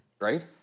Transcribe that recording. right